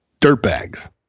dirtbags